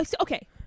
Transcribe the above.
Okay